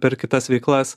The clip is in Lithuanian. per kitas veiklas